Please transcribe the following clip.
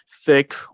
thick